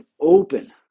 open